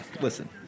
listen